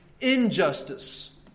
injustice